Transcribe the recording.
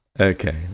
okay